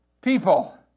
people